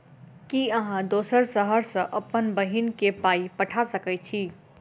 की अहाँ दोसर शहर सँ अप्पन बहिन केँ पाई पठा सकैत छी?